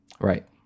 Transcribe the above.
Right